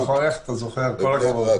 תודה.